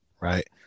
right